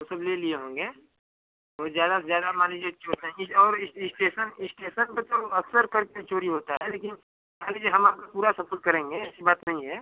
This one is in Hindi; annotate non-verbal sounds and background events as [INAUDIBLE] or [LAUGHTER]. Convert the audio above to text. वो सब ले लिए होंगे वही ज़्यादा से ज़्यादा मान लीजिए [UNINTELLIGIBLE] और इस इस्टेसन इस्टेसन पर तो अक्सर करके चोरी होता है लेकिन मान लीजिए हम आपका पूरा सपोर्ट करेंगे ऐसी बात नहीं है